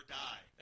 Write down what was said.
die